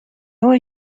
نوع